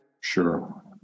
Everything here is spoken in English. Sure